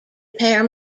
pair